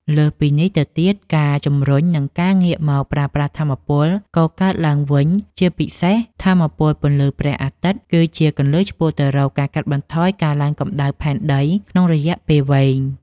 លើសពីនេះទៅទៀត ការជំរុញ និងការងាកមកប្រើប្រាស់ថាមពលកកើតឡើងវិញ ជាពិសេសថាមពលពន្លឺព្រះអាទិត្យ គឺជាគន្លឹះឆ្ពោះទៅរកការកាត់បន្ថយការឡើងកម្ដៅផែនដីក្នុងរយៈពេលវែង។